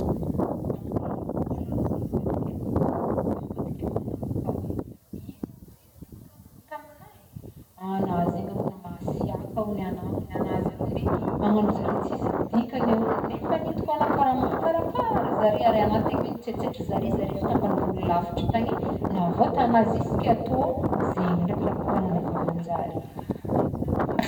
Mahôlahôla arô olo ambadiky amintsika aka- ambadika amina akao e, ino ozizy nikoragnagny tamignahy e, agna zegny hogno masiàka hogno iagnao, agna zegny ogny magnagno zare tsisy dikany ah hogny nefany hitako agna karaha mahakarakara zare ary agna tegna hoe nitsetsetra zare, zare avy tambagnivolo lavitry tagny navôtagna jusk'atô zegny ndraiky raha koragignin'ny vavanjare.